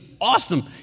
awesome